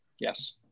Yes